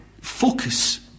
focus